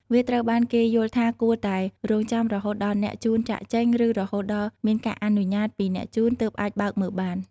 វាត្រូវបានគេយល់ថាគួរតែរង់ចាំរហូតដល់អ្នកជូនចាកចេញ ឬរហូតដល់មានការអនុញ្ញាតពីអ្នកជូនទើបអាចបើកមើលបាន។